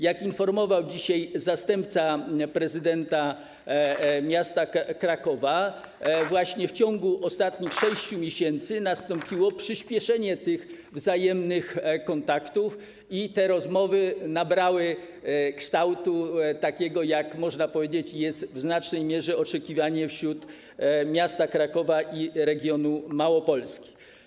Jak informował dzisiaj zastępca prezydenta miasta Krakowa, w ciągu ostatnich 6 miesięcy nastąpiło przyspieszenie w zakresie wzajemnych kontaktów i te rozmowy nabrały kształtu takiego, jaki, można powiedzieć, jest w znacznej mierze oczekiwany przez miasto Kraków i region Małopolski.